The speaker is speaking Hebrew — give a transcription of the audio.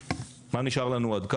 מה נשאר לנו עד כאן?